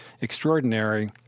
extraordinary